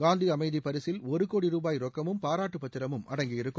காந்தி அமைதி பரிசில ஒரு கோடி ரூபாய் ரொக்கமும் பாராட்டு பத்திரமும் அடங்கியிருக்கும்